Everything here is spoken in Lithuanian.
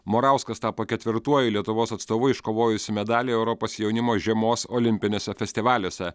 morauskas tapo ketvirtuoju lietuvos atstovu iškovojusiu medalį europos jaunimo žiemos olimpiniuose festivaliuose